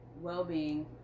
well-being